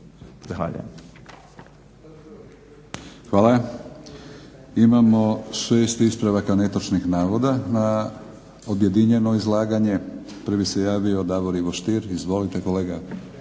Hvala. Imamo šest ispravaka netočnih navoda na objedinjeno izlaganje. Prvi se javio Davor Ivo Stier. Izvolite kolega.